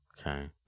Okay